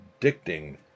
addicting